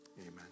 Amen